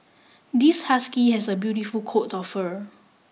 this husky has a beautiful coat of fur